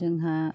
जोंहा